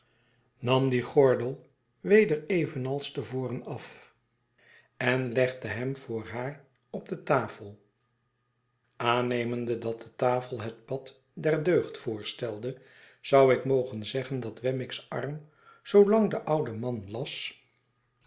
nam dien gordel weder evenals te voren af en legde hem voor haar op de tafel aannemende dat de tafel het pad der deugd voorstelde zou ik mogen zeggen dat wemmick's arm zoolang de oude man las